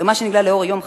ומה שנגלה לאור היום,